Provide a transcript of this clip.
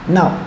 Now